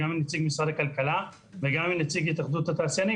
גם כאן יש כמובן החלשה מסוימת של שיקול הדעת של מוסד התכנון